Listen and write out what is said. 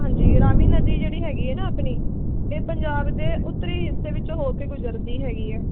ਹਾਂਜੀ ਰਾਵੀ ਨਦੀ ਜਿਹੜੀ ਹੈਗੀ ਹੈ ਨਾ ਆਪਣੀ ਇਹ ਪੰਜਾਬ ਦੇ ਉੱਤਰੀ ਹਿੱਸੇ ਵਿੱਚੋਂ ਹੋ ਕੇ ਗੁਜ਼ਰਦੀ ਹੈਗੀ ਹੈ